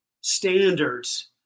standards